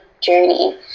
journey